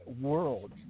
world